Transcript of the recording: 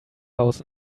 house